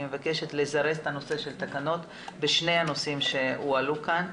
אני מבקשת לזרז את הנושא של התקנות בשני הנושאים שהועלו כאן.